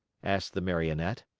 asked the marionette.